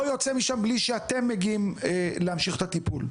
יוצא משם בלי שאתם מגיעים להמשיך את הטיפול.